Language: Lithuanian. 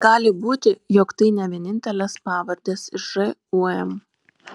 gali būti jog tai ne vienintelės pavardės iš žūm